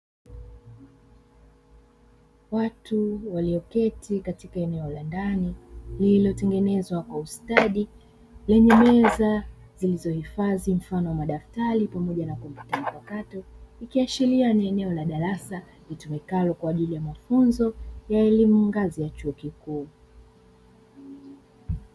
Watu walioketi katika eneo la ndani lililotengenezwa kwa ustadi lenye meza zilizohifadhi mfano wa madaftari na kompyuta mpakato, ikiashiria ni eneo la darasa litumikalo kwa ajili ya mafunzo na elimu ngazi ya chuo kikuu.